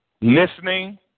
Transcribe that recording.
listening